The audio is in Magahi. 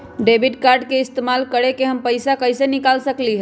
डेबिट कार्ड के इस्तेमाल करके हम पैईसा कईसे निकाल सकलि ह?